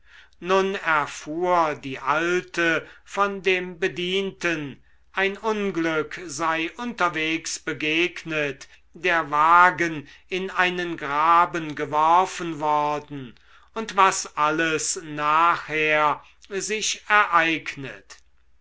nun erfuhr die alte von dem bedienten ein unglück sei unterwegs begegnet der wagen in einen graben geworfen worden und was alles nachher sich ereignet